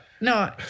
No